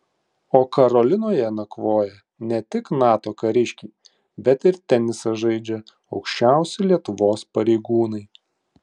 o karolinoje nakvoja ne tik nato kariškiai bet ir tenisą žaidžia aukščiausi lietuvos pareigūnai